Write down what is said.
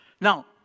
now